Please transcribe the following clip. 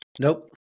nope